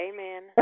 Amen